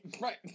right